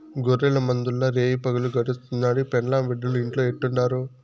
గొర్రెల మందల్ల రేయిపగులు గడుస్తుండాది, పెండ్లాం బిడ్డలు ఇంట్లో ఎట్టుండారో